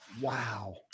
wow